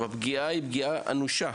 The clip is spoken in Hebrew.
הפגיעה היא פגיעה אנושה